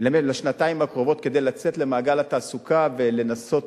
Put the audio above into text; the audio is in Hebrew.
לשנתיים הקרובות כדי לצאת למעגל התעסוקה ולנסות